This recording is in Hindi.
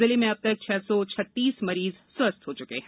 जिले में अब तक छह सौ छत्तीस मरीज स्वस्थ हो चुके हैं